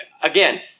again